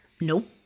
nope